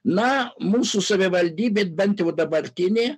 na mūsų savivaldybė bent jau dabartinė